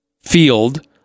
field